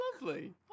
lovely